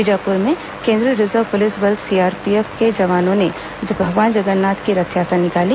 बीजापुर में केंद्रीय reserve police बल सीआरपीएफ के जवानों ने भगवान जगन्नाथ की रथयात्रा निकाली